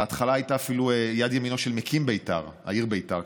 בהתחלה היית אפילו יד ימינו של מקים העיר ביתר.